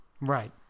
right